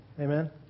Amen